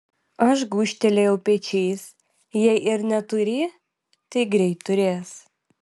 aš gūžtelėjau pečiais jei ir neturi tai greit turės